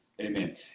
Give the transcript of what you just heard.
Amen